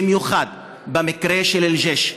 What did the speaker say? במיוחד במקרה של אל-ג'ש,